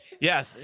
Yes